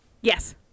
Yes